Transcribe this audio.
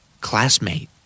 Classmate